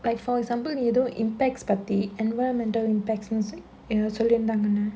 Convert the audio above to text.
like for example ஏதோ:edho impacts but the environmental impacts ஏதோ சொல்லிருந்தாங்கள்ள:edho sollirundhaangalla